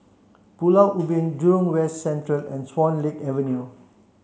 Pulau Ubin Jurong West Central and Swan Lake Avenue